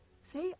say